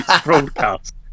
broadcast